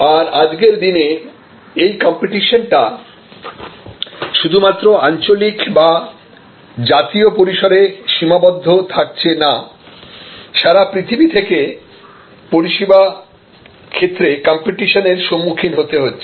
আর আজকের দিনে এই কম্পিটিশন টা শুধুমাত্র আঞ্চলিক বা জাতীয় পরিসরে সীমাবদ্ধ থাকছে না সারা পৃথিবী থেকে পরিষেবা ক্ষেত্রে কম্পিটিশন এর সম্মুখীন হতে হচ্ছে